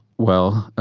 well,